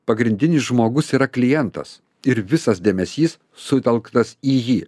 pagrindinis žmogus yra klientas ir visas dėmesys sutelktas į jį